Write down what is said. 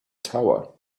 tower